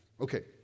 Okay